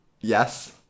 Yes